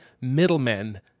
middlemen